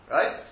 Right